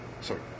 Sorry